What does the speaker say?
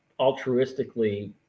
altruistically –